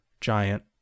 giant